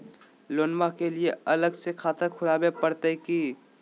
लोनमा के लिए अलग से खाता खुवाबे प्रतय की?